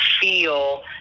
feel